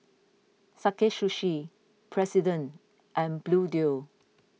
Sakae Sushi President and Bluedio